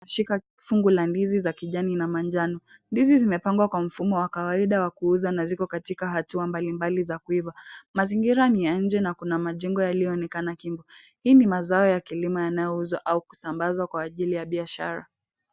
Shika fungu la ndizi za kijani na manjano. Ndizi zimepangwa kwa mfumo wa kawaida wa kuuza na ziko katika hatua mbalimbali za kuiva. Mazingira ni ya nje na kuna majengo yaliyoonekana kingo. Hii ni mazao ya kilimo yanayouzwa au kusambazwa kwa ajili ya biashara.